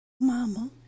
Mama